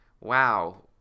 Wow